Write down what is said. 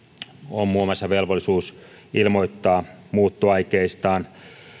on muun muassa velvollisuus ilmoittaa muuttoaikeistaan